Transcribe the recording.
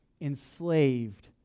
enslaved